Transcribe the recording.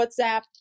WhatsApp